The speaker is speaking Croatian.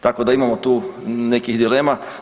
Tako da imamo tu nekih dilema.